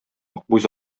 акбүз